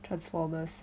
transformers